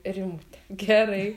rimute gerai